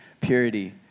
purity